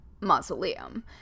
mausoleum